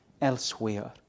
elsewhere